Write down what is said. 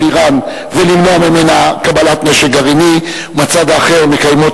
אירן ולמנוע ממנה קבלת נשק גרעיני ומהצד האחר מקיימות